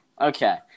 Okay